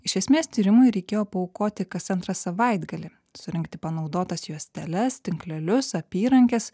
iš esmės tyrimui reikėjo paaukoti kas antrą savaitgalį surinkti panaudotas juosteles tinklelius apyrankes